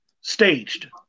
staged